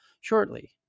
shortly